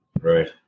Right